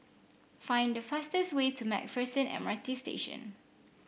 find the fastest way to MacPherson M R T Station